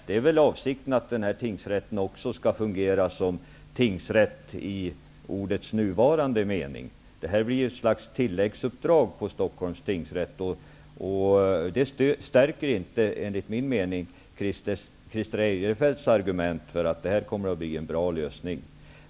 Det är väl avsikten att den här tingsrätten också skall fungera som tingsrätt i ordets nuvarande mening. Det här blir ett slags tilläggsuppdrag för Stockholms tingsrätt. Det stärker enligt min mening inte Christer Eirefelts argument för att detta kommer att bli en bra lösning.